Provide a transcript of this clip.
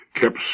kept